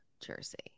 Jersey